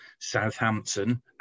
Southampton